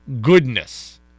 goodness